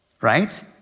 right